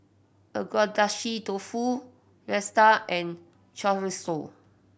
Agedashi Dofu Raita and Chorizo